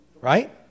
right